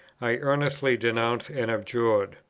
i earnestly denounced and abjured.